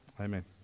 Amen